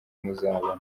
muzabona